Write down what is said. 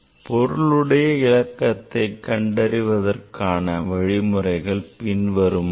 பொருளுடையவிலக்கத்தை கண்டறிவதற்கான வழிமுறைகள் பின்வருமாறு